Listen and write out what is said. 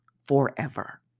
forever